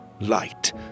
Light